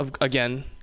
again